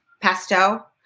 pesto